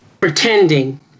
pretending